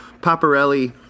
Paparelli—